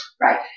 Right